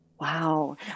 Wow